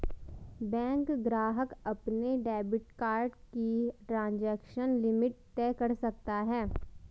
bank ग्राहक अपने debit card की ट्रांज़ैक्शन लिमिट तय कर सकता है